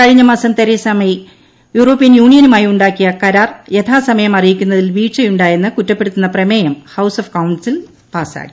കഴിഞ്ഞമാസം Theresa May European യൂണിയനുമായി ഉണ്ടാക്കിയ കരാർ യഥാസമയം അറിയിക്കുന്നതിൽ വീഴ്ചയുണ്ടായെന്ന് കുറ്റപ്പെടുത്തുന്ന പ്രമേയം ഹൌസ് ഓഫ് കോമൺസിൽ പാസായി